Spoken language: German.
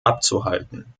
abzuhalten